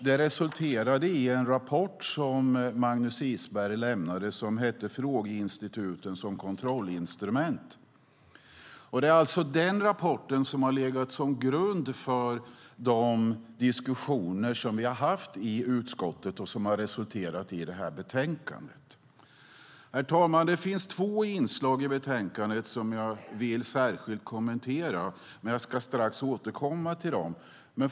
Det resulterade i en rapport som Magnus Isberg har lämnat, Frågeinstituten som kontrollinstrument . Det är alltså den rapporten som har legat till grund för de diskussioner som vi har haft i utskottet och som har resulterat i det aktuella betänkandet. Herr talman! Det finns två inslag i betänkandet som jag särskilt vill kommentera, och jag ska strax återkomma till det.